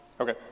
Okay